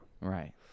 Right